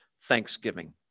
thanksgiving